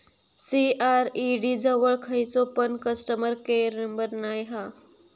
CRED जवळ खयचो पण कस्टमर केयर नंबर नाय हा